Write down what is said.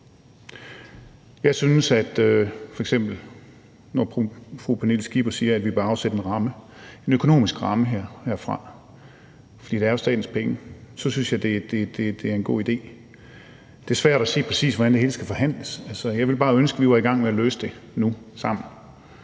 Jeg synes, når fru Pernille Skipper siger, at vi bør afsætte en økonomisk ramme herfra – for det er jo statens penge – at det er en god idé. Det er svært at se, præcis hvordan det hele skal forhandles – jeg ville bare ønske, at vi var i gang med at løse det sammen